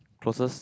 closes